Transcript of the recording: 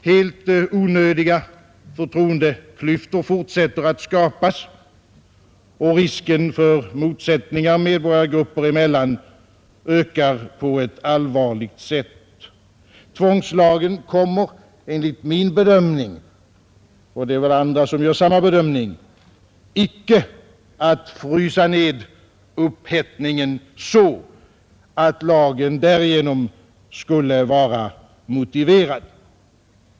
Helt onödiga förtroendeklyftor fortsätter att skapas, och risken för motsättningar medborgargrupper emellan ökar på ett allvarligt sätt. Tvångslagen kommer enligt min bedömning — och det finns väl andra som gör samma bedömning — icke att frysa ned upphettningen så att lagen därigenom skulle vara motiverad.